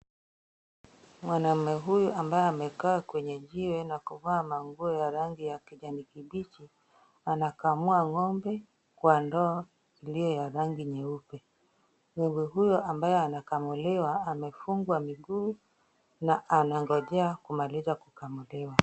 Mwanamume huyu ambaye amekaa kwenye jiwe na kuvaa nguo ya rangi kijani kibichi anakamua ng'ombe kwa ndoo ilio ya rangi nyeupe. Ng'ombe huyu amabaye anakamuliwa amefungwa miguu na anagojea kumaliza kukamulia.